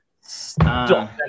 stop